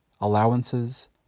allowances